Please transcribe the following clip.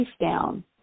down